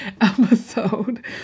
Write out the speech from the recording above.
episode